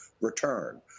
return